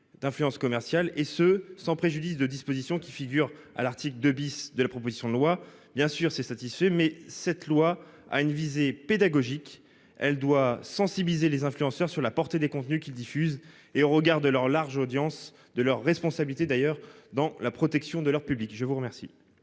d'influence commerciale et ce sans préjudice de dispositions qui figurent à l'article 2 bis de la proposition de loi bien sûr c'est satisfait mais cette loi a une visée pédagogique. Elle doit sensibiliser les influenceurs sur la portée des contenus qu'il diffuse et au regard de leur large audience de leur responsabilité d'ailleurs dans la protection de leur public. Je vous remercie.